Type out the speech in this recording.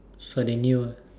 so they knew ah